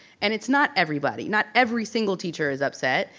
and it's not everybody, not every single teacher is upset.